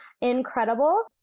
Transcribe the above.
incredible